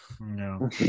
No